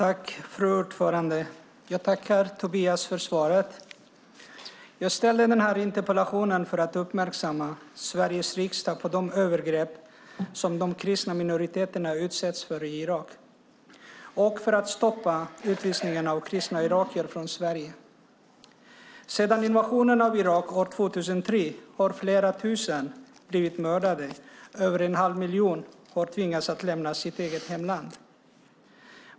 Fru talman! Jag tackar Tobias för svaret. Jag ställde interpellationen för att uppmärksamma Sveriges riksdag på de övergrepp som de kristna minoriteterna utsätts för i Irak och för att stoppa utvisningen av kristna irakier från Sverige. Sedan invasionen av Irak år 2003 har flera tusen blivit mördade och över en halv miljon har tvingats att lämna sitt hemland.